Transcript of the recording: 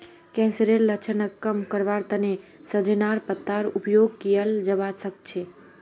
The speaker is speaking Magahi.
कैंसरेर लक्षणक कम करवार तने सजेनार पत्तार उपयोग कियाल जवा सक्छे